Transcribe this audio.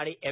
आणि एम